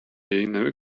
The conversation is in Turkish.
yayınevi